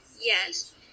Yes